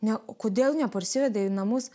ne o kodėl neparsivedė į namus